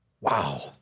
Wow